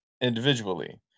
individually